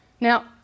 Now